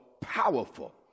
powerful